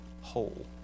whole